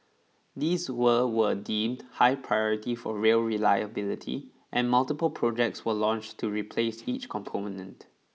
these were were deemed high priority for rail reliability and multiple projects were launched to replace each component